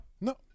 No